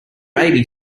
baby